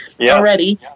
already